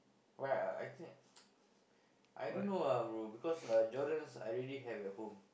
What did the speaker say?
why I think I don't know ah bro because uh Jordan's I already have at home